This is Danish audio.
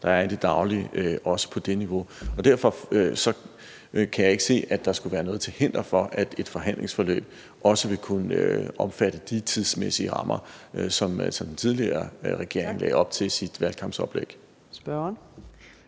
der er i det daglige, også på det niveau. Derfor kan jeg ikke se, at der skulle være noget til hinder for, at et forhandlingsforløb også vil kunne omfatte de tidsmæssige rammer, som den tidligere regering lagde op til i sit valgkampsoplæg.